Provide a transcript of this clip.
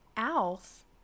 Alf